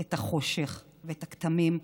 את החושך ואת הכתמים,